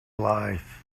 life